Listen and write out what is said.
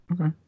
Okay